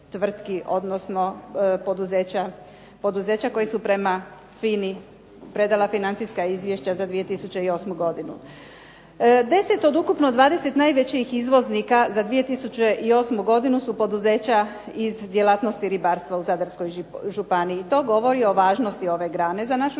odnosno poduzeća koje su prema FINA-i predala financijska izvješća za 2008. godinu. Deset, od ukupno 20 najvećih izvoznika za 2008. godinu su poduzeća iz djelatnosti ribarstva iz Zadarske županije, to govori o važnosti ove grane za našu